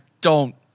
don't-